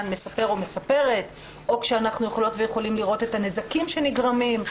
מספר או מספרת או כשאנחנו יכולים לראות את הנזקים שנגרמים,